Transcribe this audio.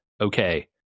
okay